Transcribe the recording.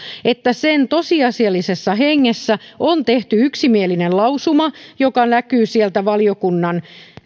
sen tosiasiallisessa hengessä on tehty yksimielinen lausuma joka näkyy sieltä valiokunnan